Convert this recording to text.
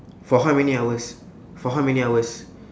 for how many hours for how many hours